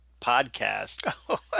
podcast